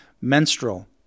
menstrual